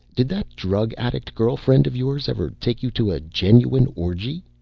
did that drug-addict girl friend of yours ever take you to a genuine orgy?